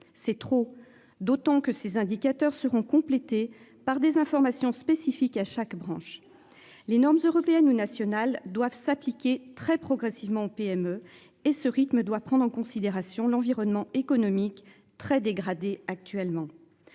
c'est trop. D'autant que ces indicateurs seront complétées par des informations spécifiques à chaque branche les normes européennes ou nationales doivent s'appliquer très progressivement aux PME et ce rythme doit prendre en considération l'environnement économique très dégradé actuellement.